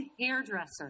hairdresser